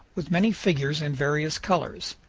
with many figures in various colors.